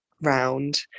round